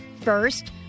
First